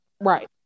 right